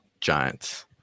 Giants